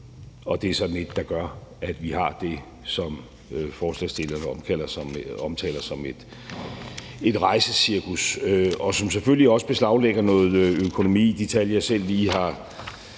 og det er sådan et kompromis, der gør, at vi har det, som forslagsstillerne omtaler som et rejsecirkus, og som selvfølgelig også beslaglægger noget økonomi. De tal, jeg selv lige har